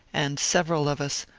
and several of us,